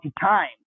time